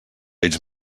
ells